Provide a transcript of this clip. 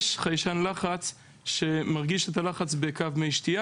יש חיישן לחץ שמרגיש את הלחץ בקו מי שתייה